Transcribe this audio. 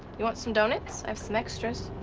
you want some donuts? i have some extras.